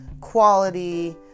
quality